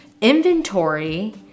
inventory